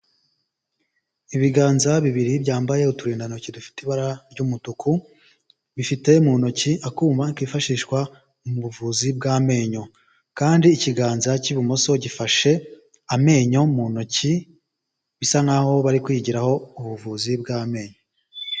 Ibiganza bibiri byambaye uturindantoki dufite ibara ry'umutuku bifite mu ntoki akuma kifashishwa mu buvuzi bw'amenyo kandi ikiganza cy'ibumoso gifashe amenyo mu ntoki bisa nkaho bari kwigiraho ubuvuzi bw'amenyo.